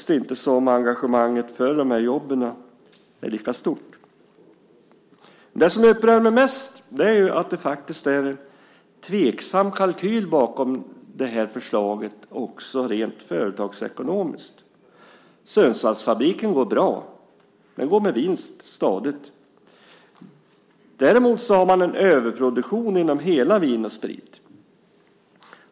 I dag tycks inte engagemanget för de här jobben vara lika stort. Det som upprör mig mest är att det faktiskt rent företagsekonomiskt är en tveksam kalkyl bakom förslaget. Sundsvallsfabriken går bra. Den går stadigt med vinst. Däremot har man en överproduktion inom hela Vin & Sprit.